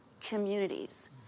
communities